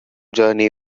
journey